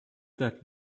that